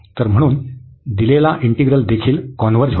तर म्हणून दिलेला इंटिग्रलदेखील कॉन्व्हर्ज होतो